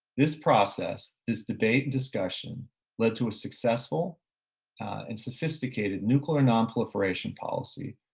this process is debate and discussion led to a successful and sophisticated nuclear nonproliferation policy,